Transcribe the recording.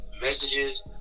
messages